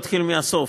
אתחיל מהסוף,